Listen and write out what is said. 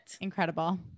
Incredible